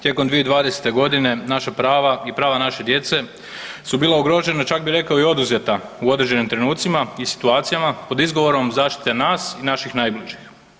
Tijekom 2020. naša prava i prava naše djece su bila ugrožena, čak bih rekao i oduzeta u određenim trenucima i situacijama pod izgovorom zaštite nas i naših najbližih.